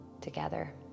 together